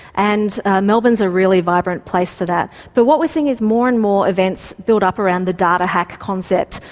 and melbourne's a really vibrant place for that. but what we're seeing is more and more events build up around the data-hack concept,